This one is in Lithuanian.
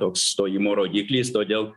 toks stojimo rodiklis todėl